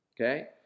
okay